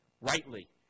rightly